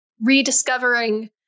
rediscovering